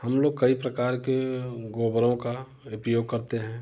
हम लोग कई प्रकार के गोबरों का उपयोग करते हैं